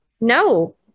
No